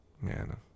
Man